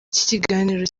kiganiro